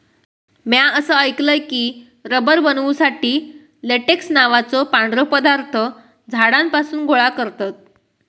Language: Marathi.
म्या असा ऐकलय की, रबर बनवुसाठी लेटेक्स नावाचो पांढरो पदार्थ झाडांपासून गोळा करतत